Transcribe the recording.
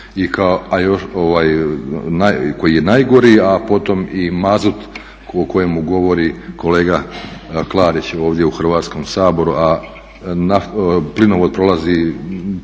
ugljen koji je najgori, a potom i mazut o kojemu govori kolega Klarić ovdje u Hrvatskom saboru, a plinovod prolazi